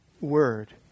word